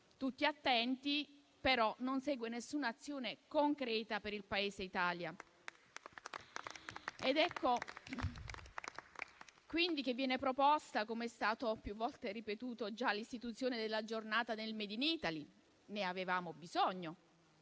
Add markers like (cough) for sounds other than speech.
Tutti attenti, ma non segue nessuna azione concreta per il Paese Italia. (applause) Ecco dunque che vengono proposte, com'è stato più volte ripetuto, l'istituzione della giornata del *made in Italy*: ne avevamo bisogno;